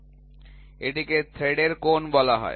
এটিকে থ্রেডের কোণ বলা হয়